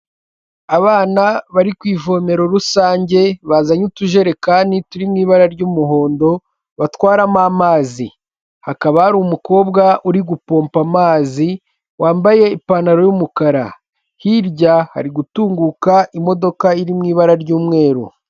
Abana bari ku ivomero rusange bazanye utujerekani turi mu ibara ry'umuhondo batwaramo amazi. Hakaba hari umukobwa uri gupompa amazi, wambaye ipantaro y'umukara. Hirya hari gutunguka imodoka iri mu ibara ry'umweru.